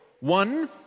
one